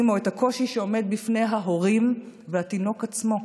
או את הקושי העומד בפני ההורים והתינוק עצמו.